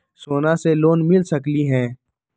सोना से लोन मिल सकलई ह?